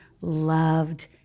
loved